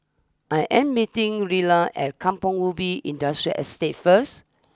I am meeting Rilla at Kampong Ubi Industrial Estate first